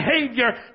behavior